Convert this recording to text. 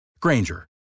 Granger